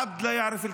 (אומר בערבית:)